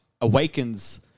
Awakens